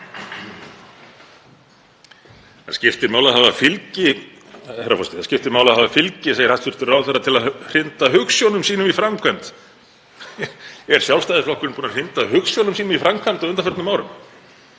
Það skiptir máli að hafa fylgi, segir hæstv. ráðherra, til að hrinda hugsjónum sínum í framkvæmd. Er Sjálfstæðisflokkurinn búinn að hrinda hugsjónum sínum í framkvæmd á undanförnum árum?